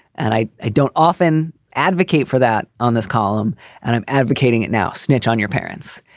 and i i don't often advocate for that on this column and i'm advocating it now. snitch on your parents.